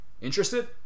interested